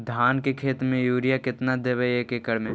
धान के खेत में युरिया केतना देबै एक एकड़ में?